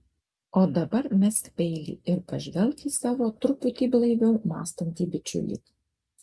o dabar mesk peilį ir pažvelk į savo truputį blaiviau mąstantį bičiulį